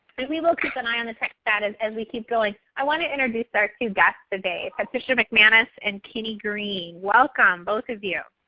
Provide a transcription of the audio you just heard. we we will keep an eye on the text chat as as we keep going. i want to introduce our two guests today. patricia mcmanus and kenny green. welcome, both of you.